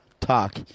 talk